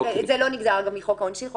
זה לא נגזר גם מחוק העונשין.